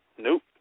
Nope